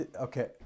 Okay